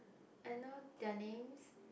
I know their names